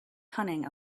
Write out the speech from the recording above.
cunning